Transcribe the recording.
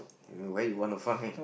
where you want to find